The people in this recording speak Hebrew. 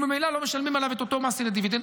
וממילא לא משלמים עליו את אותו מס אלא דיבידנד,